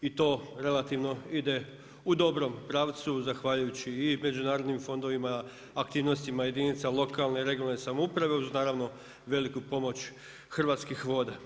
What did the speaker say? I to relativno ide u dobrom pravcu zahvaljujući i međunarodnim fondovima, aktivnostima jedinica lokalne i regionalne samouprave uz naravno veliku pomoć Hrvatskih voda.